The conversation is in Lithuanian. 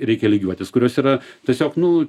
reikia lygiuotis kurios yra tiesiog nu